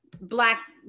black